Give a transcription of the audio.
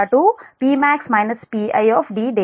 ఇది సమీకరణం 43